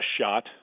shot